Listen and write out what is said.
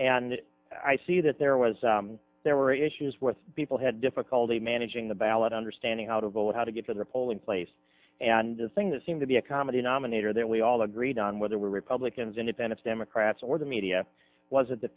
and i see that there was there were issues with people had difficulty managing the ballot understanding how to vote how to get to the polling place and the thing that seemed to be a comedy nominator that we all agreed on whether we're republicans independents democrats or the media was it the